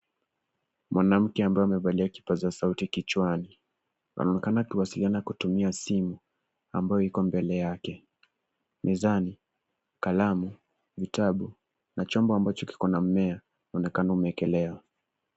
Mwanamke ambaye amevalia kipaza sauti kichwani anaonekana kuwasiliana kutumia simu ambayo iko mbele yake mezani kalamu, vitabu na chombo ambacho kiko na mmea kinaonekana